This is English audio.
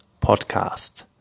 podcast